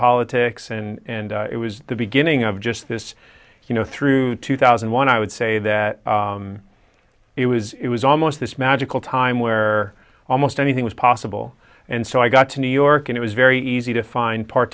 politics and it was the beginning of just this you know through two thousand and one i would say that it was it was almost this magical time where almost anything was possible and so i got to new york and it was very easy to find part